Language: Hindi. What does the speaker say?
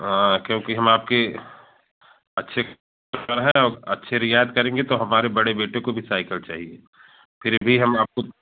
हाँ क्योंकि हम आपके अच्छे हैं अच्छे रियायत करेंगे तो हमारे बड़े बेटे को भी साइकल चाहिए फिर भी हम आपको